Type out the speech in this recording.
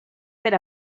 per